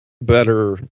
better